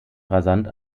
rasant